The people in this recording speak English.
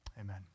Amen